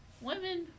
women